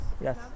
Yes